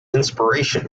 inspiration